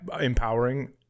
empowering